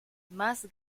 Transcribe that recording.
más